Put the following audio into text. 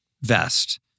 vest